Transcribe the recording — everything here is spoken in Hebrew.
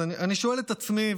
אז אני שואל את עצמי,